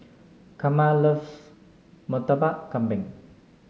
Karma loves Murtabak Kambing